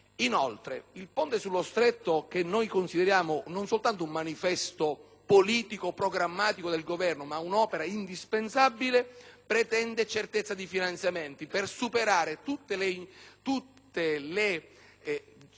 Inoltre, il ponte sullo Stretto, che noi consideriamo non solo un manifesto politico-programmatico del Governo ma un'opera indispensabile, pretende certezza di finanziamenti per superare tutte le